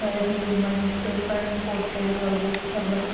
परत ह्यूमन्सचे पण पोट्रेट वगैरे सगळं